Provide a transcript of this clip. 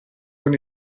con